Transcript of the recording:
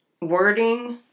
wording